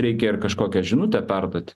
reikia ir kažkokią žinutę perduot